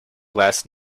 last